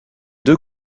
deux